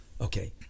Okay